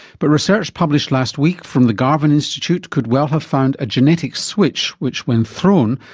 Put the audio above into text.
but research published last week from the garvan institute could well have found a genetic switch which, when thrown,